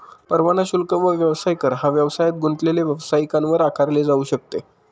परवाना शुल्क व व्यवसाय कर हा व्यवसायात गुंतलेले व्यावसायिकांवर आकारले जाऊ शकते